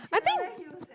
I think